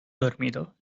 dormido